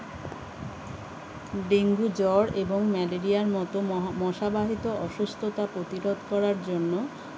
dengue জ্বর এবং malaria মতো মহা মশাবাহিত অসুস্থতা প্রতিরোধ করার জন্য